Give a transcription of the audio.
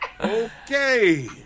Okay